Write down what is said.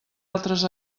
altres